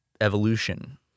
evolution